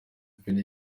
feri